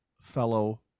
fellow